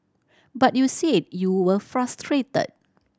but you said you were frustrated